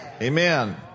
Amen